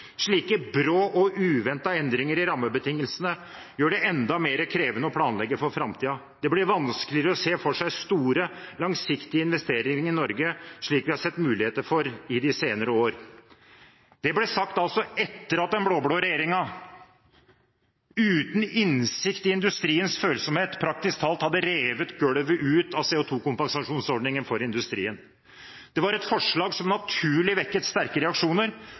brå og uventede endringer i rammebetingelsene gjør det enda mer krevende å planlegge for fremtiden. Det blir vanskeligere å se for seg store, langsiktige investeringer i Norge – slik vi har sett muligheter for de senere årene.» Det ble sagt etter at den blå-blå regjeringen uten innsikt i industriens følsomhet praktisk talt hadde revet gulvet ut av CO2-kompensasjonsordningen for industrien. Det var et forslag som naturlig vekket sterke reaksjoner,